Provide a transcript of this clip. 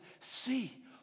see